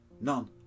none